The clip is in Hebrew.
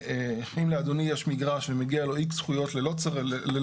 אם לאדוני יש מגרש ומגיע לו X זכויות ללא